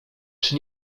czy